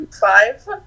five